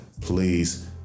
please